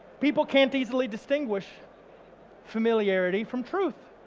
people can't easily distinguish familiarity from truth.